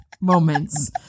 moments